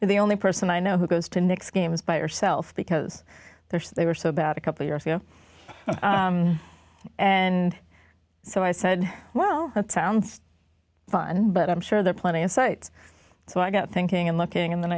and the only person i know who goes to next game is by yourself because they're so they were so about a couple years ago and so i said well that sounds fun but i'm sure there are plenty of sites so i got thinking and looking and then